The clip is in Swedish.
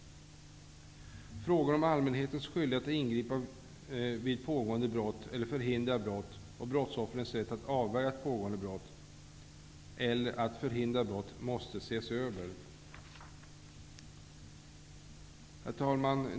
Frågor om allmänhetens skyldighet att ingripa vid pågående brott eller att förhindra brott och brottsoffrets rätt att avvärja ett pågående brott eller att förhindra brott måste ses över. Herr talman!